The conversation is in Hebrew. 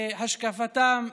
השקפתם,